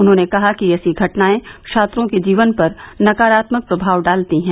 उन्होंने कहा कि ऐसी घटनाएं छात्रों के जीवन पर नकारात्मक प्रभाव डालती हैं